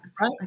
Right